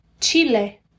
chile